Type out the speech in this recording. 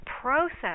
process